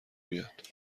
بیاد